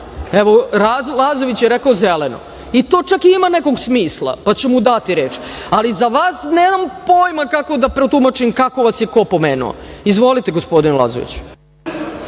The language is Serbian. evo Lazović je rekao „zeleno“ i to čak ima nekog smisla, pa ću mu dati reč, ali za vas nemam pojma kako da protumačim kako vas je ko pomenuo. Izvolite, gospodine Lazoviću.